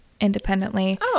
independently